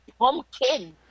pumpkin